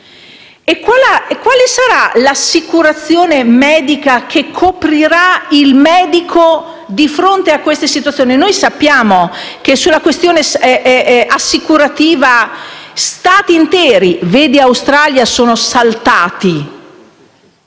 E quale sarà l'assicurazione medica che coprirà il medico di fronte a questa situazione? Noi sappiamo che sulla questione assicurativa Stati interi (vedi l'Australia) sono saltati.